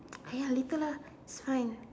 !aiya! later lah it's fine